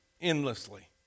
endlessly